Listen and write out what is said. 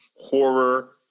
Horror